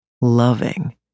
loving